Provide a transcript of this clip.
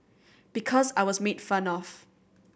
because I was made fun of